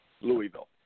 Louisville